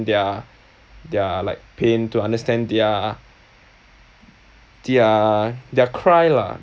their their like pain to understand their their their cry lah